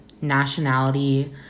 nationality